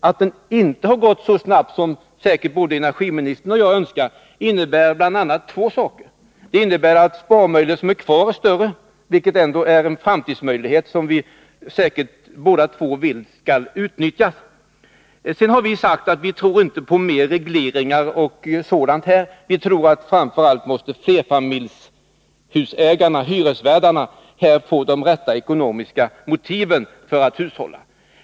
Att den inte har förbättrats så snabbt som säkert både energiministern och jag önskat innebär bl.a. två saker, nämligen att sparmöjligheterna som är kvar är större, vilket ändå är en framtidsmöjlighet som vi säkert båda två vill skall utnyttjas. Sedan har vi sagt att vi inte tror på mer regleringar, och vi tror framför allt att flerfamiljshusägarna, hyresvärdarna, måste få de rätta ekonomiska motiven för att hushålla.